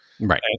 Right